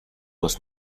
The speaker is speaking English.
was